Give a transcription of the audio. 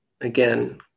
again